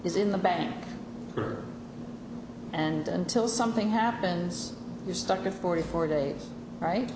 is in the bank and until something happens you're stuck with forty four days right